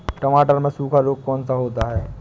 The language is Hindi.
टमाटर में सूखा रोग कौन सा होता है?